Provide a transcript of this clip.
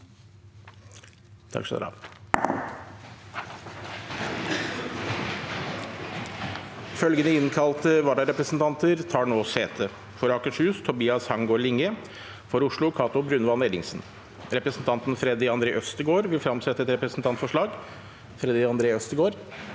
Følgende innkalte varare- presentanter tar nå sete: For Akershus: Tobias Hangaard Linge For Oslo: Cato Brunvand Ellingsen Representanten Freddy André Øvstegård vil fremsette et representantforslag. Freddy André Øvstegård